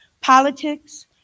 politics